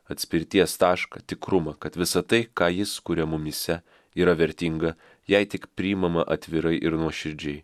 atspirties tašką tikrumą kad visa tai ką jis kuria mumyse yra vertinga jei tik priimama atvirai ir nuoširdžiai